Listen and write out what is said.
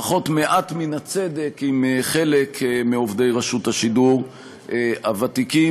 לפחות מעט מן הצדק עם חלק מעובדי רשות השידור הוותיקים,